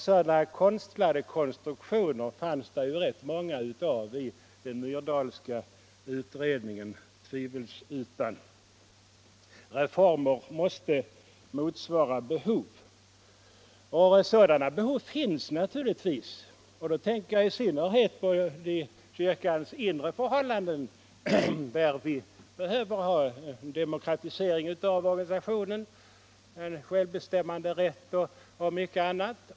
Sådana konstlade konstruktioner fanns det tvivelsutan rätt många av i den Myrdalska utredningen. Reformer måste motsvara behov, och sådana behov finns naturligtvis. Då tänker jag i synnerhet på kyrkans inre förhållanden: Vi behöver ha en demokratisering av organisationen, självbestämmanderätt och mycket annat.